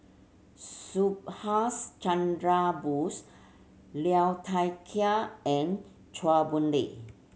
Subhas Chandra Bose Liu Thai Ker and Chua Boon Lay